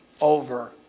over